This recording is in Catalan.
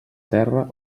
terra